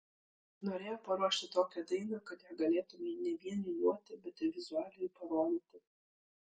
norėjau paruošti tokią dainą kad ją galėtumei ne vien niūniuoti bet ir vizualiai parodyti